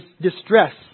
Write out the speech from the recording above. distress